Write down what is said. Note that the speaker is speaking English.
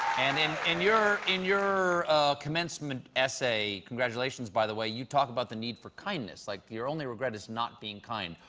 and in in your in your commencement essay congratulations by its way you talk about the need for kindness. like you're only regret is not being kind.